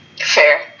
Fair